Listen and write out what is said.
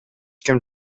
ким